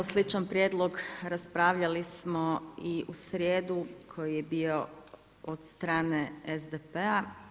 Sličan prijedlog raspravljali smo i u srijedu koji je bio od strane SDP-a.